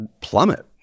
plummet